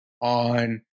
on